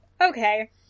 Okay